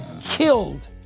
killed